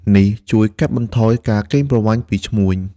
នេះជួយកាត់បន្ថយការកេងប្រវ័ញ្ចពីឈ្មួញ។